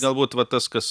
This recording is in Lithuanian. galbūt va tas kas